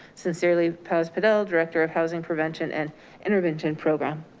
sincerely pez patel, director of housing prevention and intervention program.